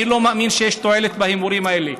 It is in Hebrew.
אני לא מאמין שיש תועלת בהימורים האלה,